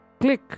click